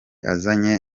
azanye